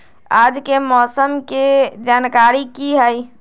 आज के मौसम के जानकारी कि हई?